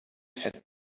had